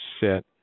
set